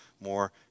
more